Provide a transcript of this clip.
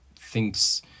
thinks